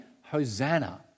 Hosanna